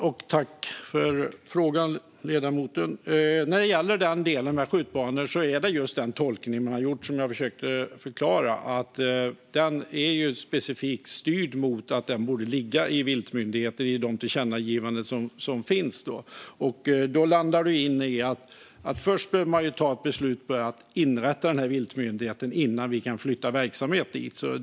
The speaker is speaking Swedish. Herr talman! Tack för frågan, ledamoten! När det gäller skjutbanor var det just den tolkning man gjort som jag försökte förklara. I de tillkännagivanden som getts är det specifikt styrt mot att den frågan borde ligga i viltmyndigheten. Då landar det i att man först behöver ta ett beslut om att inrätta denna viltmyndighet innan vi kan flytta verksamhet dit.